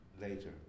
later